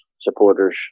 supporters